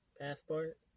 Passport